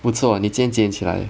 不错你今天几点起来